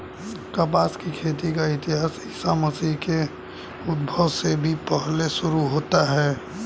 कपास की खेती का इतिहास ईसा मसीह के उद्भव से भी पहले शुरू होता है